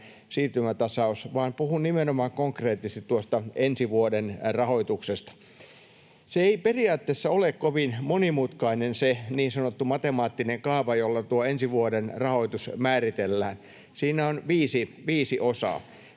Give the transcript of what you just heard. siirtymätasaus — vaan puhun nimenomaan konkreettisesti ensi vuoden rahoituksesta. Se ei periaatteessa ole kovin monimutkainen se niin sanottu matemaattinen kaava, jolla tuo ensi vuoden rahoitus määritellään. Siinä on viisi osaa.